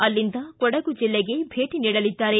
ಅಲ್ಲಿಂದ ಕೊಡಗು ಜಿಲ್ಲೆ ಭೇಟ ನೀಡಲಿದ್ದಾರೆ